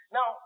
Now